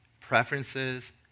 preferences